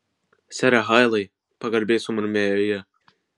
sere hailai pagarbiai sumurmėjo ji